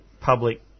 public